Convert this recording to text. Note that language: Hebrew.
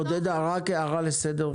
עודדה, רק הערה לסדר.